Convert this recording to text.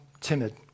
timid